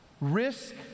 Risk